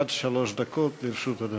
עד שלוש דקות לרשות אדוני.